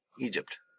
egypt